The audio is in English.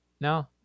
No